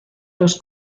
los